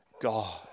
God